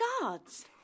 Guards